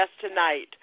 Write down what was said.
tonight